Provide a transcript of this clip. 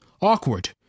Awkward